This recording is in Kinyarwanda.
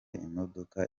imodoka